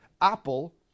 Apple